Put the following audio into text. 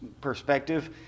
perspective